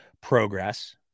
progress